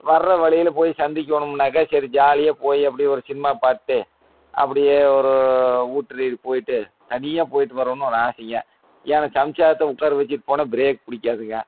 வர்ற வழியில் போய் சந்திக்கணும்னாக்க சரி ஜாலியாக போய் அப்படி ஒரு சினிமா பாத்துட்டு அப்படியே ஒரு ஊற்று நீர் போய்ட்டு தனியாக போய்ட்டு வரணும்னு ஒரு ஆசைங்க ஏன்னால் சம்சாரத்தை உட்கார வச்சுட்டு போனால் பிரேக் பிடிக்காதுங்க